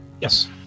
Yes